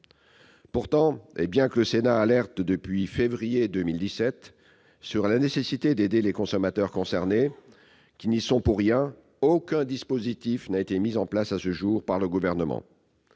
Pourtant, et bien que le Sénat alerte depuis février 2017 sur la nécessité d'aider les consommateurs concernés, qui ne sont pour rien dans ce changement, aucun dispositif n'a été mis en place, à ce jour, par le Gouvernement.